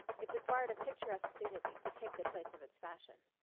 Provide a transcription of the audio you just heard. it's acquired a picturesque dignity to take the place of its fashion.